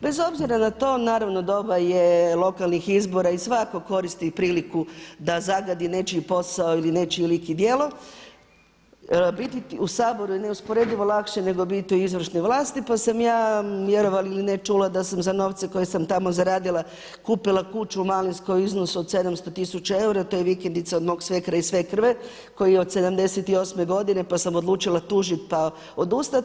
Bez obzira na to, naravno doba je lokalnih izbora i svatko koristi priliku da zagadi nečiji posao ili nečiji lik i djelo, biti u Saboru je neusporedivo lakše nego biti u izvršnoj vlasti pa sam ja, vjerovali ili ne čula da sam za novce koje sam tamo zaradila kupila kuću u Malinskoj u iznosu od 700 tisuća eura, to je vikendica od mog svekra i svekrve koja je od '78. godine pa sam odlučila tužiti pa odustati.